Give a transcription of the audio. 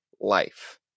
life